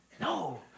No